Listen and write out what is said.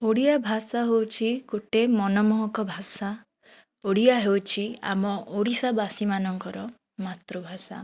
ଓଡ଼ିଆ ଭାଷା ହେଉଛି ଗୋଟେ ମନ ମହକ ଭାଷା ଓଡ଼ିଆ ହେଉଛି ଆମ ଓଡ଼ିଆବାସୀ ମାନଙ୍କର ମାତୃଭାଷା